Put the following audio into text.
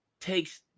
takes